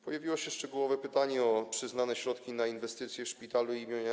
Pojawiło się szczegółowe pytanie o przyznane środki na inwestycje w szpitalu im.